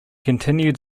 continued